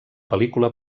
pel·lícula